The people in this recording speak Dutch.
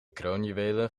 kroonjuwelen